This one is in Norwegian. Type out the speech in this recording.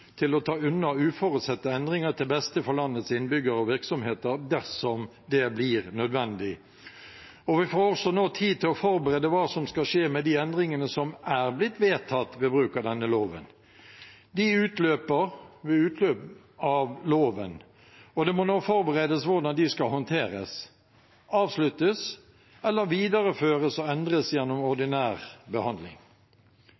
til å ta unna uforutsette endringer til beste for landets innbyggere og virksomheter dersom det blir nødvendig, og vi foreslår nå tid til å forberede hva som skal skje med de endringene som er blitt vedtatt ved bruk av denne loven. De utløper ved utløpet av loven, og det må nå forberedes hvordan de skal håndteres – avsluttes eller videreføres og endres gjennom